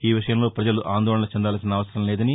ఈ విషయంలో ప్రపజలు ఆందోళన చెందాల్సిన అవసరం లేదని